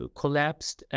collapsed